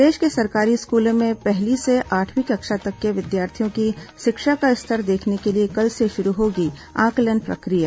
प्रदेश के सरकारी स्कूलों में पहली से आठवीं कक्षा तक के विद्यार्थियों की शिक्षा का स्तर देखने के लिए कल से शुरू होगी आंकलन प्रक्रिया